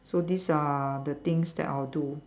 so these are the things that I'll do